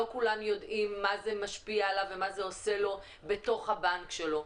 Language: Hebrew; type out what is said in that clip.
לא כולם יודעים איך זה משפיע עליו ומה זה עושה לו בתוך הבנק שלו.